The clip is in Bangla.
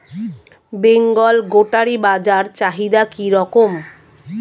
বেঙ্গল গোটারি বাজার চাহিদা কি রকম?